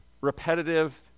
repetitive